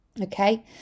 okay